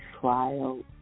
trial